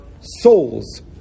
souls